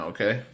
Okay